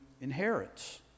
inherits